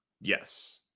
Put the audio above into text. Yes